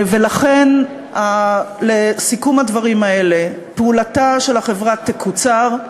ולכן, לסיכום הדברים האלה, פעולתה של החברה תקוצר.